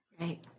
Right